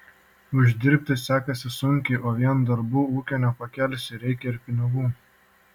uždirbti sekasi sunkiai o vien darbu ūkio nepakelsi reikia ir pinigų